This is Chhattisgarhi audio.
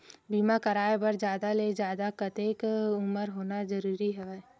बीमा कराय बर जादा ले जादा कतेक उमर होना जरूरी हवय?